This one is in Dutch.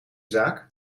zaak